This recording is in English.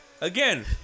Again